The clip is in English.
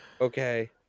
Okay